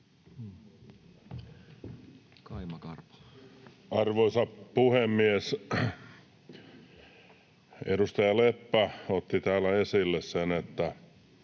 Arvoisa puhemies! Edustaja Leppä otti täällä esille sen, että